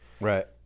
Right